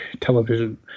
television